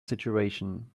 situation